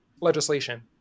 legislation